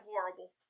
horrible